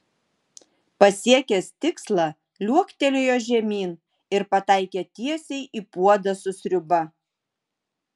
pasiekęs tikslą liuoktelėjo žemyn ir pataikė tiesiai į puodą su sriuba